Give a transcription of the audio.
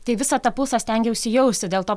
tai visą tą pulsą stengiausi jausti dėl to